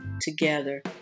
together